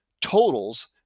totals